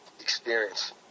experience